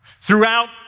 Throughout